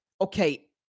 okay